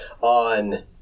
On